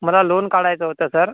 मला लोन काढायचं होतं सर